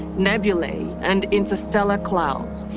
nebula, and interstellar clouds.